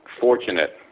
fortunate